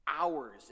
hours